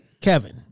Kevin